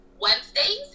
Wednesdays